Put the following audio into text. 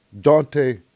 Dante